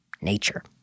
Nature